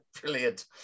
Brilliant